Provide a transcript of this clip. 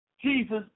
Jesus